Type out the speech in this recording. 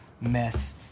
mess